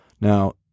Now